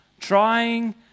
Trying